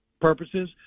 purposes